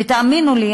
ותאמינו לי,